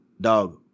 dog